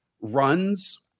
runs